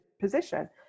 position